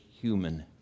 human